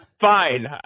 Fine